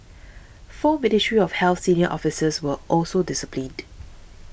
four Ministry of Health senior officers were also disciplined